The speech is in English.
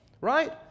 Right